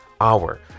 hour